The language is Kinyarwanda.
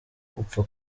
upfa